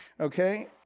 Okay